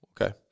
Okay